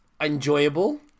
enjoyable